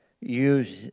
use